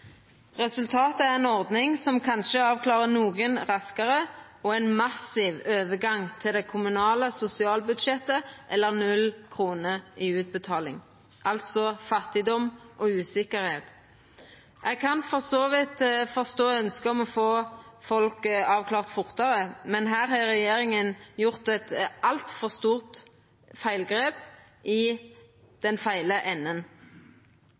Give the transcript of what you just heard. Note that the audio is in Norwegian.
Resultatet er ei ordning som kanskje avklarar nokon raskare, og ein massiv overgang til det kommunale sosialbudsjettet eller 0 kr i utbetaling – altså fattigdom og usikkerheit. Eg kan for så vidt forstå ønsket om å få folk avklara fortare, men her har regjeringa gjort eit altfor stort feilgrep, og i feil ende – den lette enden